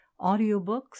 audiobooks